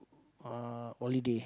uh holiday